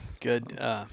good